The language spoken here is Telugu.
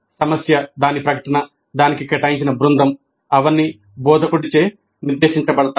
సమస్య దాని ప్రకటన దానికి కేటాయించిన బృందం అవన్నీ బోధకుడిచే నిర్దేశించబడతాయి